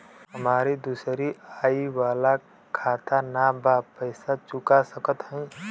हमारी दूसरी आई वाला खाता ना बा पैसा चुका सकत हई?